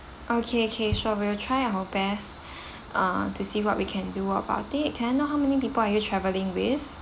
okay okay sure we'll try our best uh to see what we can do about it can I know how many people are you travelling with